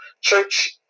church